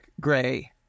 Gray